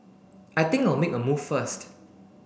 I think I'll make a move first